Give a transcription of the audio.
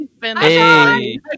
hey